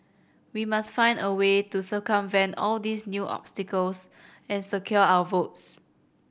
we must find a way to circumvent all these new obstacles and secure our votes